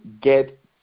get